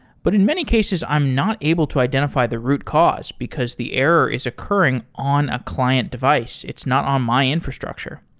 but in many cases, i'm not able to identify the root cause because the error is occurring on a client device. it's not on my infrastructure.